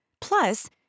Plus